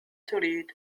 تريد